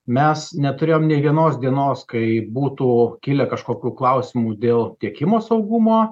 mes neturėjom nė vienos dienos kai būtų kilę kažkokių klausimų dėl tiekimo saugumo